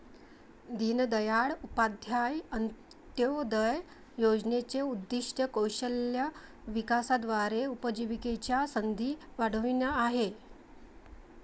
दीनदयाळ उपाध्याय अंत्योदय योजनेचे उद्दीष्ट कौशल्य विकासाद्वारे उपजीविकेच्या संधी वाढविणे हे आहे